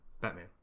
Batman